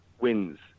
wins